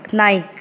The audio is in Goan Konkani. नायक